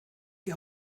die